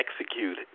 execute